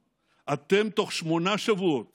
אתם, בתוך שמונה שבועות